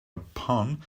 upon